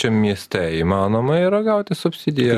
čia mieste įmanoma yra gauti subsidiją